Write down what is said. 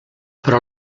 però